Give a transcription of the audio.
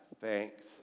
thanks